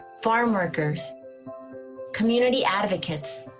farmworkers community advocates